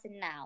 now